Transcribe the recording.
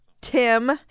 Tim